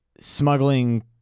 Smuggling